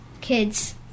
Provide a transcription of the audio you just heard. kids